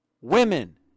Women